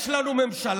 יש לנו ממשלה,